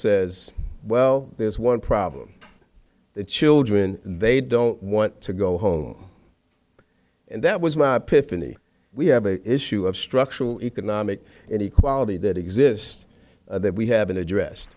says well there's one problem the children they don't want to go home and that was my pitifully we have a issue of structural economic inequality that exist that we haven't addressed